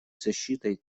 защитой